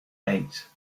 eight